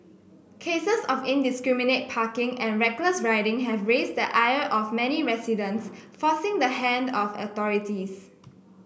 cases of indiscriminate parking and reckless riding have raised the ire of many residents forcing the hand of authorities